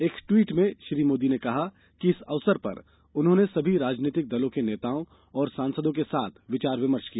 एक द्वीट में श्री मोदी ने कहा कि इस अवसर पर उन्होंने सभी राजनीतिक दलों के नेताओ और सांसदों के साथ विचार विमर्श किया